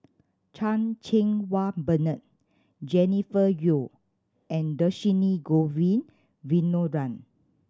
Chan Cheng Wah Bernard Jennifer Yeo and Dhershini Govin Winodan